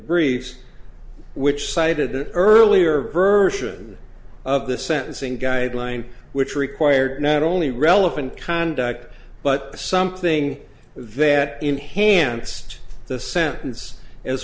briefs which cited an earlier version of the sentencing guideline which required not only relevant conduct but something that enhanced the sentence as